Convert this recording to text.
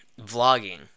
vlogging